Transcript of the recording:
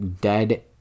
dead